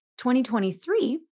2023